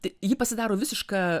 tai ji pasidaro visiška